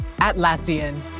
Atlassian